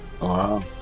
Wow